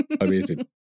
Amazing